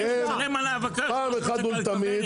פעם אחת ולתמיד.